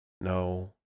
no